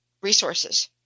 resources